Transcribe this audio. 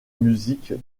musique